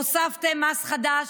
הוספתם מס חדש,